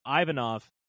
ivanov